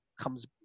comes